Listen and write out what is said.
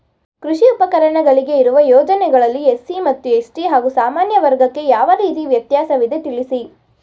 ಕೃಷಿ ಉಪಕರಣಗಳಿಗೆ ಇರುವ ಯೋಜನೆಗಳಲ್ಲಿ ಎಸ್.ಸಿ ಮತ್ತು ಎಸ್.ಟಿ ಹಾಗೂ ಸಾಮಾನ್ಯ ವರ್ಗಕ್ಕೆ ಯಾವ ರೀತಿ ವ್ಯತ್ಯಾಸವಿದೆ ತಿಳಿಸಿ?